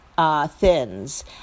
Thins